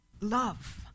Love